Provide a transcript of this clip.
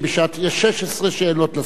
יש 16 שאלות לשר.